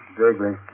vaguely